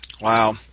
Wow